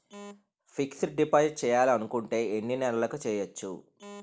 Fixed deposit చేయాలి అనుకుంటే ఎన్నే నెలలకు చేయొచ్చు?